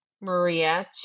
Maria